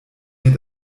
hier